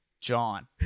John